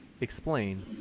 explain